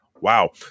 Wow